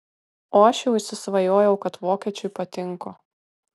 o aš jau įsisvajojau kad vokiečiui patinku